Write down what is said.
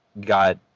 got